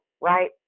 right